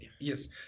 Yes